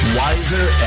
wiser